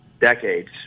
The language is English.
decades